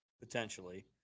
potentially